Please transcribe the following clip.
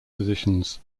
positions